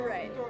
Right